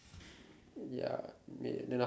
ya may then